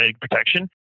protection